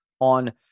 on